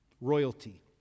royalty